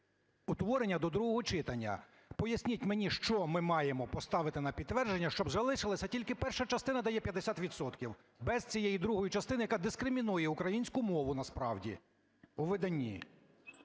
утворення до другого читання. Поясніть мені, що ми маємо поставити на підтвердження, щоб залишилося… тільки перша частина дає 50 відсотків, без цієї другої частини, яка дискримінує українську мову насправді у виданні?